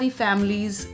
families